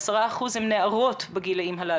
אהוב באמת על כולם.